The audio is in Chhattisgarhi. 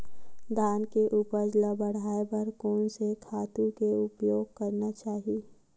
धान के उपज ल बढ़ाये बर कोन से खातु के उपयोग करना चाही?